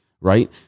right